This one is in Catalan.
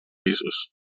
pisos